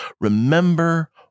Remember